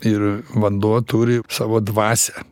ir vanduo turi savo dvasią